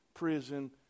prison